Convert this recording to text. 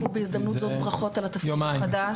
בבקשה.) בהזדמנות זו ברכות על התפקיד החדש.